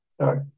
Sorry